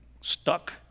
stuck